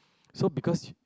so because